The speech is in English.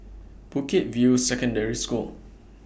Bukit View Secondary School